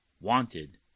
Wanted